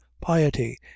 piety